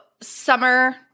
summer